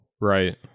right